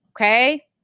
Okay